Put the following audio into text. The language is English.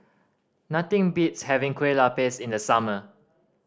nothing beats having kue lupis in the summer